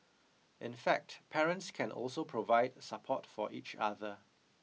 in fact parents can also provide support for each other